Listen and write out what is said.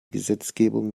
gesetzgebung